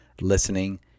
listening